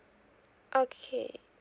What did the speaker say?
okay